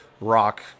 rock